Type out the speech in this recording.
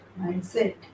Mindset